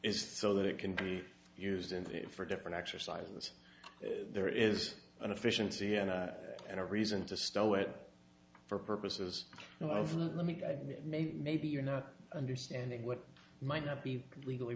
is so that it can be used in for different exercises there is an efficiency end and a reason to stow it for purposes of let me make maybe you're not understanding what might not be legally